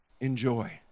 enjoy